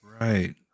Right